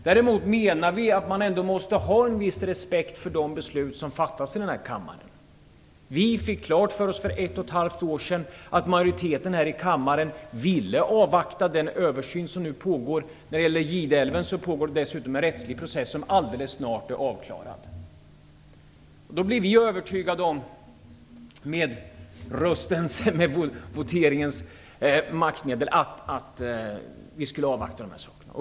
Däremot menar vi att man ändå måste ha en viss respekt för de beslut som fattas i denna kammare. Vi fick klart för oss för ett och ett halvt år sedan att majoriteten här i kammaren ville avvakta den översyn som nu pågår. När det gäller Gideälven pågår det dessutom en rättslig process som alldeles snart kommer att vara avklarad. Genom voteringen som ett maktmedel blev vi övertygade om att vi skulle avvakta.